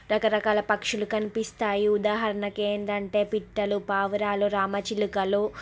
రకరకాల పక్షులు కనిపిస్తాయి ఉదాహరణకు ఏంటి అంటే పిట్టలు పావురాలు రామచిలుకలు